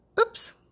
Oops